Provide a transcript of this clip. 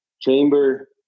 chamber